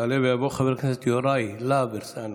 יעלה ויבוא חבר הכנסת יוראי להב הרצנו.